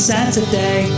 Saturday